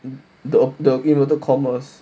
and the the you know the commas